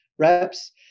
reps